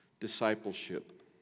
discipleship